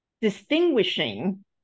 distinguishing